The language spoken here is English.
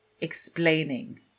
explaining